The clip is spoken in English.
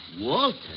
Walter